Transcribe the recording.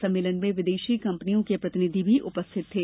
सम्मेलन में विदेशी कंपनियों के प्रतिनिधि भी उपस्थित थे